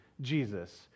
Jesus